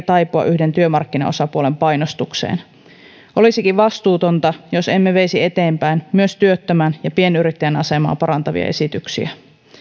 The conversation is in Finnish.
taipua yhden työmarkkinaosapuolen painostukseen olisikin vastuutonta jos emme veisi eteenpäin myös työttömän ja pienyrittäjän asemaa parantavia esityksiä